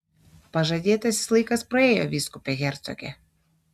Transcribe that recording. pažadėtasis laikas praėjo vyskupe hercoge